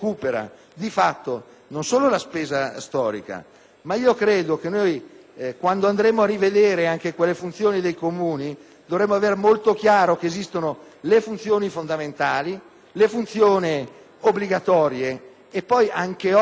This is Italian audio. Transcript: ma credo che quando andremo a rivedere anche quelle funzioni dei Comuni dovremo avere molto chiaro che esistono le funzioni fondamentali, le funzioni obbligatorie e un numero indefinito di funzioni